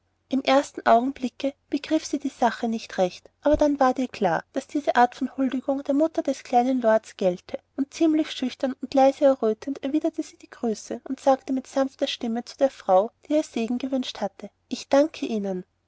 im ersten augenblicke begriff sie die sache nicht recht dann aber ward ihr klar daß diese art von huldigung der mutter des kleinen lords gelte und ziemlich schüchtern und leise errötend erwiderte sie die grüße und sagte mit sanfter stimme zu der frau die ihr segen gewünscht hatte ich danke ihnen